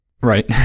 Right